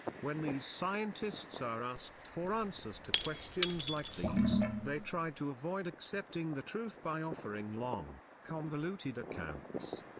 when these scientists are asked for answers to questions like these, they try to avoid accepting the truth by offering long, convoluted accounts.